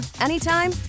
anytime